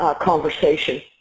conversation